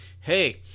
hey